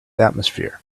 atmosphere